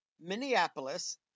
Minneapolis